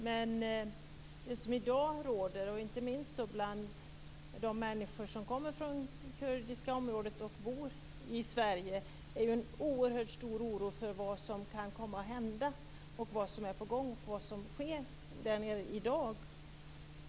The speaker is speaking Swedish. Men det råder i dag, inte minst bland människor som bor i Sverige och som kommer från det kurdiska området, en oerhört stor oro för vad som är på gång och för vad som sker där nere i dag.